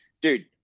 dude